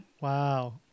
Wow